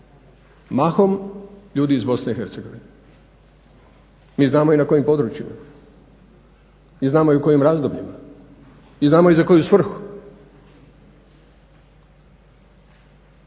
Mahom ljudi iz BiH. Mi znamo i na kojim područjima, mi znamo i u kojim razdobljima i znamo i za koju svrhu,